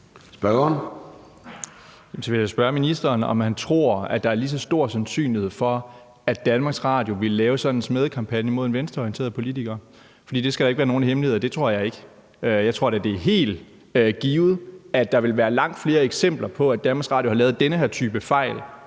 Bjørn (DF): Så vil jeg spørge ministeren, om han tror, at der er lige så stor sandsynlighed for, at DR vil lave sådan en smædekampagne mod en venstreorienteret politiker. For det skal da ikke være nogen hemmelighed, at det tror jeg ikke. Jeg tror da, det er helt givet, at der vil være langt flere eksempler på, at DR har lavet den her type fejl